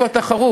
כבר אין תחרות,